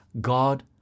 God